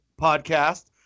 podcast